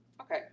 okay